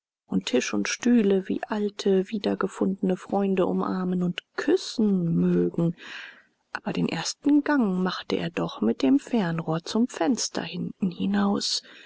und tisch und stühle wie alte wiedergefundene freunde umarmen und küssen mögen aber den ersten gang machte er doch mit dem fernrohr zum fenster hinten hinaus